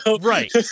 Right